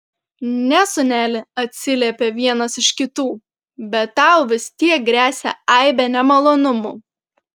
ne sūneli atsiliepė vienas iš kitų bet tau vis tiek gresia aibė nemalonumų